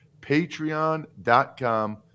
patreon.com